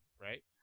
right